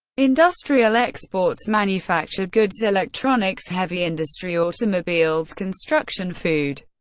industrial exports, manufactured goods, electronics, heavy industry, automobiles, construction, food,